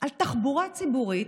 על תחבורה ציבורית,